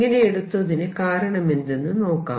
ഇങ്ങനെ എടുത്തതിനു കാരണമെന്തെന്ന് നോക്കാം